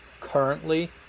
currently